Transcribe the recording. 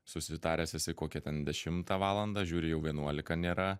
susitaręs esi kokią ten dešimtą valandą žiūri jau vienuolika nėra